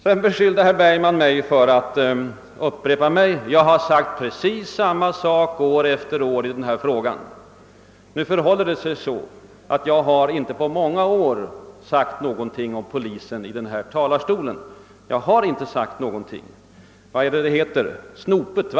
Herr Bergman beskyllde mig för att upprepa mig; jag skulle ha sagt precis samma saker år efter år i den här frågan. Nu förhåller det sig på det sättet, att jag inte på många år har sagt någonting om polisen i den här talarstolen. Vad är det man brukar säga, herr Bergman? Snopet, va!